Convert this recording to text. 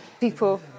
people